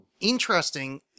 interesting